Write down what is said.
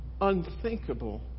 unthinkable